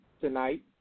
tonight